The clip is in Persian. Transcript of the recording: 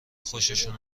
خوششون